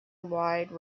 wide